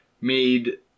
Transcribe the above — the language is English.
Made